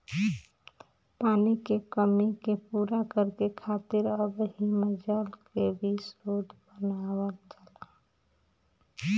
पानी के कमी के पूरा करे खातिर अब हिमजल के भी स्रोत बनावल जाला